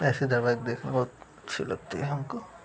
ऐसे धारावाहिक देखने बहुत अच्छे लगते हैं हमको